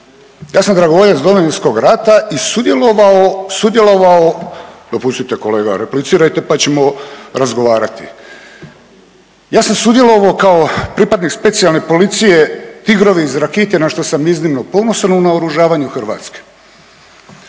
Ja sam dragovoljac Domovinskog rata i sudjelovao, dopustite kolega. Replicirajte pa ćemo razgovarati. Ja sam sudjelovao kao pripadnik Specijalne policije Tigrovi iz Rakitja na što sam iznimno ponosan u naoružavanju Hrvatske.